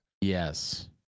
Yes